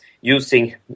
using